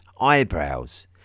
Eyebrows